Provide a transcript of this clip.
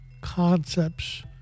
concepts